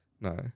No